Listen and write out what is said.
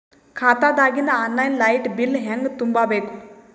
ಖಾತಾದಾಗಿಂದ online light bill ಹೇಂಗ ತುಂಬಾ ಬೇಕು?